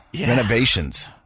renovations